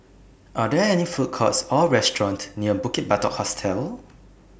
Are There any Food Courts Or restaurants near Bukit Batok Hostel